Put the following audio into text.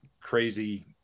crazy